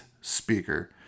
speaker